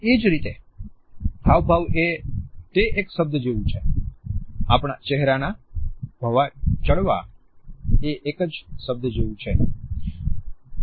એ જ રીતે હાવભાવ એ તે એક શબ્દ જેવું છે